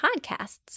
podcasts